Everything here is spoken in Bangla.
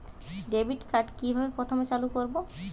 ডেবিটকার্ড কিভাবে প্রথমে চালু করব?